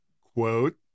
quote